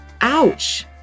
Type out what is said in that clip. Ouch